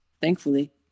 thankfully